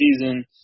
season